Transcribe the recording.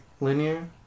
linear